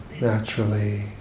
naturally